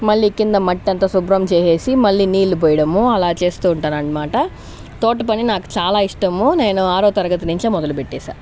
మళ్లీ కింద మట్టి అంత శుభ్రం చేసేసి మళ్లీ నీళ్లు పోయడము అలా చేస్తూ ఉంటాను అనమాట తోట పని నాకు చాలా ఇష్టము నేను ఆరో తరగతి నుంచే మొదలు పెట్టేసా